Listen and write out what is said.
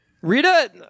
Rita